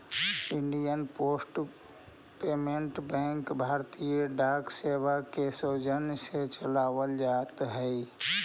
Indian post payment bank भारतीय डाक सेवा के सौजन्य से चलावल जाइत हइ